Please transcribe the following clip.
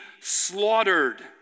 slaughtered